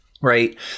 right